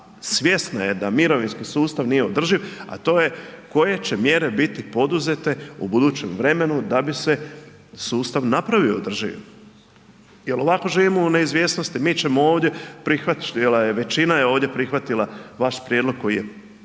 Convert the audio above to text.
svjesna je da mirovinski sustav nije održiv, a to je koje će mjere biti poduzete u budućem vremenu da bi se sustav napravio održivim jel ovako živimo u neizvjesnosti, mi ćemo ovdje, prihvatila je, većina je